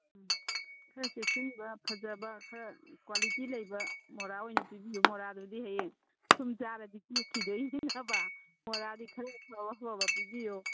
ꯎꯝ ꯈꯔ ꯆꯦꯛꯁꯤꯟꯕ ꯐꯖꯕ ꯈꯔ ꯀ꯭ꯋꯥꯂꯤꯇꯤ ꯂꯩꯕ ꯃꯣꯔꯥ ꯑꯣꯏꯅ ꯄꯤꯕꯤꯌꯨ ꯃꯣꯔꯥꯗꯨꯗꯤ ꯍꯌꯦꯡ ꯁꯨꯝ ꯆꯥꯔꯗꯤ ꯇꯦꯛꯈꯤꯗꯣꯏꯅꯦꯕ ꯃꯣꯔꯥꯗꯤ ꯈꯔ ꯐꯕ ꯐꯕ ꯄꯤꯕꯤꯎꯌꯣ